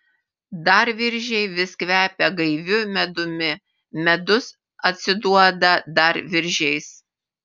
dar viržiai vis kvepia gaiviu medumi medus atsiduoda dar viržiais